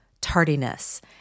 tardiness